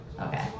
Okay